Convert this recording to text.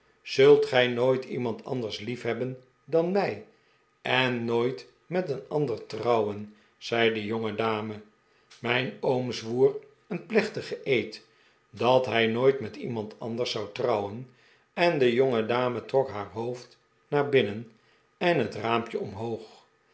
zult gij nooit iemand anders liefhebben dan mij en nooit met een ander trouwen zei de jongedame mijn oom zwoer een plechtigen eed dat hij nooit met iemand anders zou trouwen en de jongedame trok haar hoofd naar binnen en het raampje omhoog